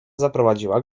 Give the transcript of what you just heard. zaprowadziła